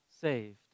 saved